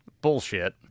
Bullshit